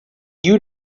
you